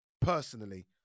personally